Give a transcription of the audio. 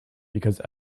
because